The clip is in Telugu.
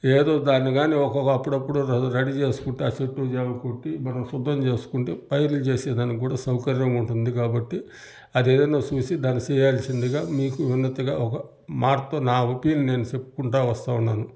ఎదో దాన్ని కానీ ఒగొక అప్పుడప్పుడు రెడీ చేసుకుంటా చెట్టు చేమా కొట్టి మనం సిద్ధం చేసుకుంటే పైర్లు చేసే దానికి కూడా సౌకర్యంగా ఉంటుంది కాబట్టి అదేదన్నా చూసి దాన్ని చేయాల్సిందిగా మీకు వినతిగా ఒక మాటతో నా ఒపీనియన్ నేను చెప్పుకుంటా వస్తావున్నాను